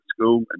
school